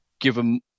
given